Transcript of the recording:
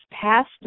passed